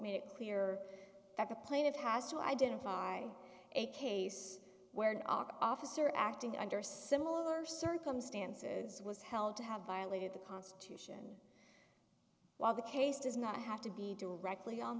made it clear that the plaintiff has to identify a case where our officer acting under similar circumstances was held to have violated the constitution while the case does not have to be directly on